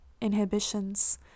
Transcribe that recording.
inhibitions